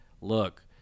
look